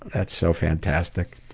that's so fantastic.